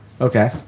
okay